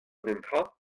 netra